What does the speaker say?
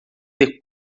ter